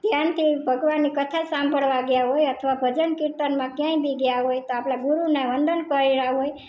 ધ્યાનથી ભગવાનની કથા સાંભળવા ગયાં હોય અથવા ભજન કીર્તનમાં ક્યાંય બી ગયાં હોય તો આપણા ગુરુના વંદન કરેલા હોય